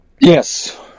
yes